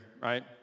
right